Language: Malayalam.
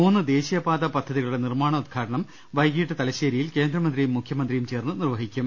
മൂന്ന് ദേശീയപാത പദ്ധതികളുടെ ന്ദിർമാണോദ്ഘാടനം വൈകിട്ട് തലശ്ശേരിയിൽ കേന്ദ്രമൃന്തിയും മുഖ്യമന്ത്രിയും ചേർന്ന് നിർവഹിക്കും